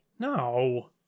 No